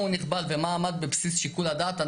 הוא נכבל ומה עמד בבסיס שיקול הדעת,